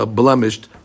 blemished